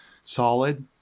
Solid